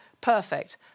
perfect